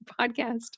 podcast